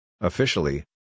Officially